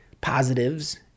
positives